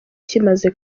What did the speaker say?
kimaze